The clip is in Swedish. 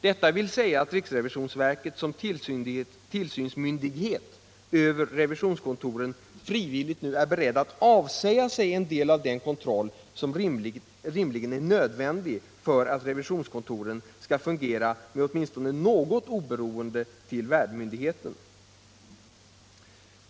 Detta innebär att RRV såsom tillsynsmyndighet över revisionskontoren frivilligt är berett att avsäga sig en del av den kontroll som rimligen är nödvändig för att revisionskontoren skall kunna fungera med åtminstone något oberoende i förhållande till värdmyndigheten.